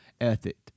ethic